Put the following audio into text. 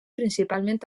principalment